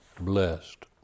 blessed